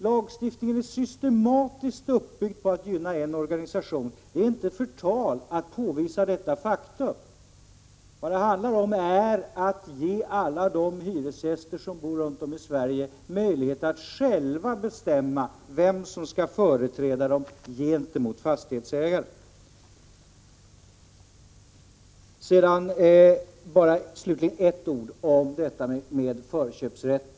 Lagstiftningen är systematiskt uppbyggd på att gynna en organisation. Det är inte förtal att påvisa detta faktum. Det handlar om att ge alla de hyresgäster som bor runt om i Sverige möjligheter att själva bestämma vem som skall företräda dem gentemot fastighetsägaren. Slutligen några ord om detta med förköpsrätten.